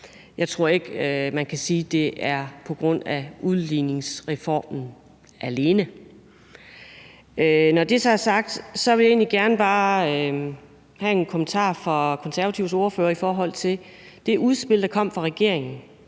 Jeg tror ikke, man kan sige, at det er på grund af udligningsreformen alene. Når det så er sagt, vil jeg egentlig gerne bare have en kommentar fra Konservatives ordfører i forhold til det udspil, der kom fra regeringen